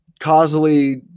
causally